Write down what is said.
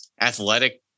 athletic